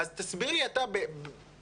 אז תסביר לי אתה את ההיגיון,